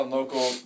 local